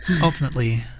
Ultimately